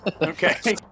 okay